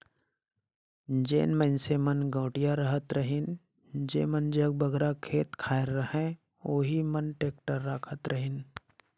जेन मइनसे मन गवटिया रहत रहिन जेमन जग बगरा खेत खाएर रहें ओही मन टेक्टर राखत रहिन